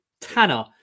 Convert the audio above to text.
Tanner